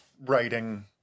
writing